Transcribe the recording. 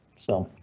so